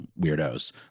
weirdos